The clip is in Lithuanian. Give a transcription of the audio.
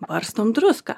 barstom druską